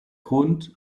grund